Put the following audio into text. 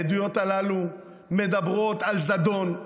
העדויות הללו מדברות על זדון,